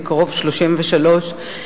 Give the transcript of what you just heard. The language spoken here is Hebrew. בקרוב 33,